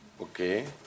Okay